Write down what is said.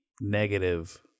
negative